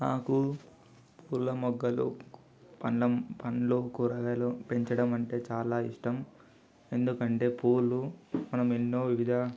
నాకు పూల మొక్కలు పండ్ల మొ పండ్లు కూరగాయలు పెంచడమంటే చాలా ఇష్టం ఎందుకంటే పూలు మనం ఎన్నో వివిధ